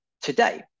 today